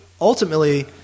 ultimately